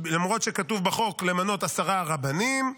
למרות שכתוב בחוק למנות עשרה רבנים,